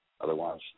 Otherwise